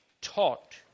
taught